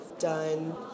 done